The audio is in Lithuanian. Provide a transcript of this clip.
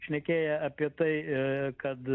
šnekėję apie tai kad